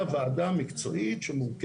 כי מי אומר שמה שהוא הסכים כשהוא היה בחיים הוא היה